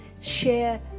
share